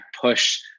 push